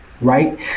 right